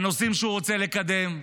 על נושאים שהוא רוצה לקדם.